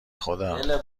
خدا